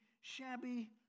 shabby